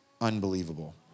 Unbelievable